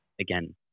again